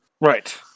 right